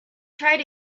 tried